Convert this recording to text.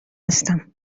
هستم